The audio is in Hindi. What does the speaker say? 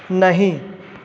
नहीं